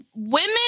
Women